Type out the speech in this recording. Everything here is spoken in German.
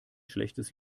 schlechtes